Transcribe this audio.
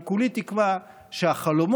אני כולי תקווה שהחלומות